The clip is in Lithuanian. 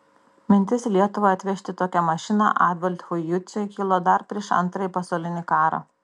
mintis į lietuvą atvežti tokią mašiną adolfui juciui kilo dar prieš antrąjį pasaulinį karą